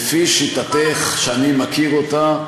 לפי שיטתך, שאני מכיר אותה,